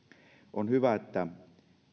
on hyvä että